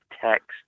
text